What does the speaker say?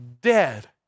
dead